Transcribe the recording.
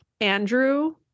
Andrew